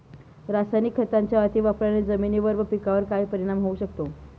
रासायनिक खतांच्या अतिवापराने जमिनीवर व पिकावर काय परिणाम होऊ शकतो?